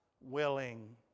willing